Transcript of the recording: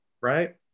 right